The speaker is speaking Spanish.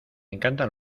encantan